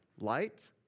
light